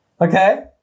Okay